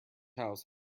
house